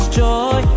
joy